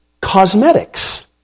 cosmetics